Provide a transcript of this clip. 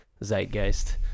zeitgeist